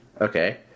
Okay